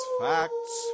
facts